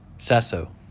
Sasso